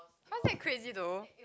how's that crazy though